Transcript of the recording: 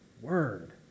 word